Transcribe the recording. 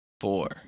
Four